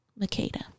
Makeda